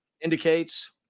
indicates